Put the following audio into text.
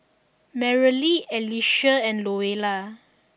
Merrily Alecia and Louella